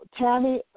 Tammy